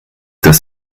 das